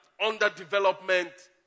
underdevelopment